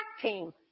team